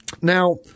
Now